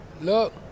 Look